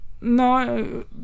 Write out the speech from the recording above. No